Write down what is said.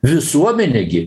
visuomenė gi